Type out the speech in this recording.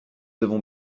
avons